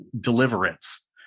deliverance